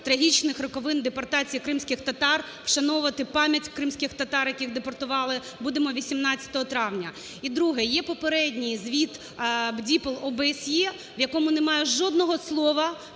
трагічних роковин депортації кримських татар, вшановувати пам'ять кримських татар, яких депортували, будемо 18 травня. І друге. Є попередній звіт БДІПЛ/ОБСЄ, в якому немає жодного слова